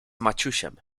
maciusiem